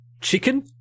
chicken